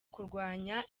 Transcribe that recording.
kurwanya